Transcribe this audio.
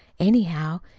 anyhow,